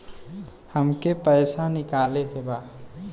हमके पैसा निकाले के बा